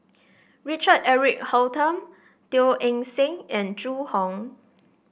Richard Eric Holttum Teo Eng Seng and Zhu Hong